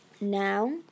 Now